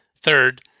Third